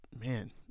man